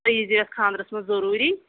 تُہۍ یی زیو یَتھ خاندرَس منٛز ضٔروٗری